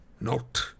Not